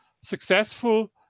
successful